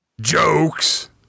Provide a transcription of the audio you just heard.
Jokes